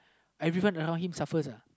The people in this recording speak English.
everyone around him suffers uh